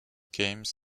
games